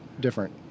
different